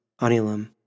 Anilum